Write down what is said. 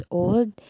old